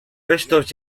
restos